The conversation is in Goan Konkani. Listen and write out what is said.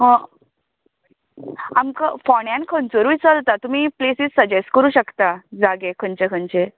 आमकां फोंड्यान खंयूय चलता तुमी प्लेसीस सजस्ट करू शकता जागे खंयचे खंयचे